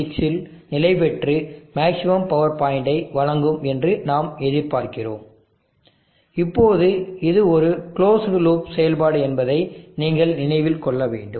56 இல் நிலைபெற்று maximum power பாயிண்ட்டை வழங்கும் என்று நாம் எதிர்பார்க்கிறோம் இப்போது இது ஒரு க்ளோஸ்டு லூப் செயல்பாடு என்பதை நீங்கள் நினைவில் கொள்ள வேண்டும்